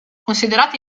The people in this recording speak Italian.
considerati